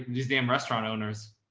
these damn restaurant owners.